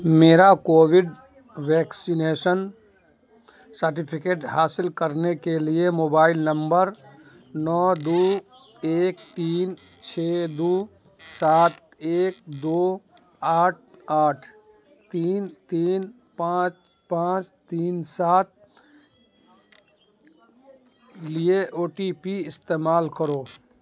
میرا Covid vaccination certificate حاصل کرنے کے لیے موبائل نمبر نو دو ایک تین چھ دو سات ایک دو آٹھ آٹھ تین تین پانچ پانچ تین سات لیے او ٹی پی استعمال کرو